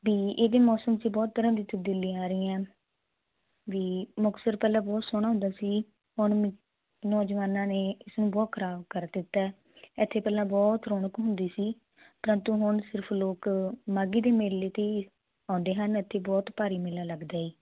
ਵੀ ਇਹਦੇ ਮੌਸਮ ਚ ਬਹੁਤ ਤਰਾਂ ਦੀ ਤਬਦੀਲੀਆਂ ਆ ਰਹੀਆਂ ਹਨ ਵੀ ਮੁਕਤਸਰ ਪਹਿਲਾਂ ਬਹੁਤ ਸੋਹਣਾ ਹੁੰਦਾ ਸੀ ਹੁਣ ਨੌਜਵਾਨਾਂ ਨੇ ਇਸਨੂੰ ਬਹੁਤ ਖਰਾਬ ਕਰ ਦਿੱਤਾ ਇਥੇ ਪਹਿਲਾਂ ਬਹੁਤ ਰੌਣਕ ਹੁੰਦੀ ਸੀ ਪਰੰਤੂ ਹੁਣ ਸਿਰਫ ਲੋਕ ਮਾਘੀ ਦੇ ਮੇਲੇ ਤੇ ਆਉਂਦੇ ਹਨ ਅਤੇ ਬਹੁਤ ਭਾਰੀ ਲੱਗਦਾ ਜੀ